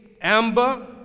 Amber